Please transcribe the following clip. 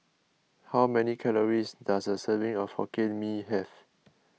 how many calories does a serving of Hokkien Mee have